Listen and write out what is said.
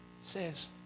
Says